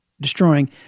destroying